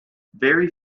very